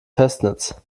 festnetz